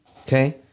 Okay